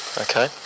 Okay